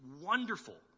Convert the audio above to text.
wonderful